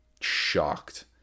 shocked